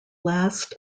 last